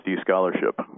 scholarship